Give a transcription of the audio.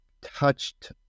touched